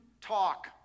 talk